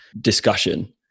discussion